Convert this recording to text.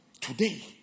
Today